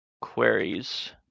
queries